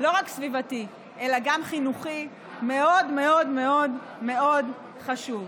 סביבתי אלא גם חינוכי מאוד מאוד מאוד מאוד חשוב.